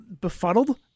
befuddled